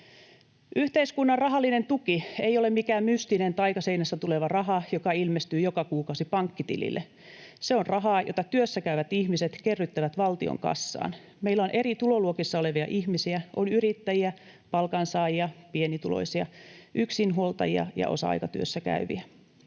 Yhteiskunnan rahallinen tuki ei ole mikään mystinen taikaseinästä tuleva raha, joka ilmestyy joka kuukausi pankkitilille. Se on rahaa, jota työssäkäyvät ihmiset kerryttävät valtion kassaan. Meillä on eri tuloluokissa olevia ihmisiä: on yrittäjiä, palkansaajia, pienituloisia, yksinhuoltajia ja osa-aikatyössä käyviä.